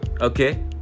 okay